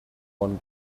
one